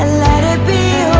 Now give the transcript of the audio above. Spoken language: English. and let it be